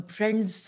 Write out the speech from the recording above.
Friends